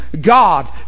God